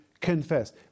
confess